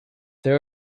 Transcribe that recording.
there